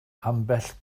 ambell